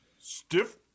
Stiff